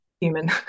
human